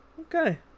Okay